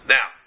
Now